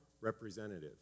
representative